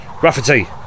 Rafferty